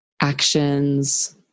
actions